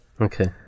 Okay